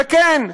וכן,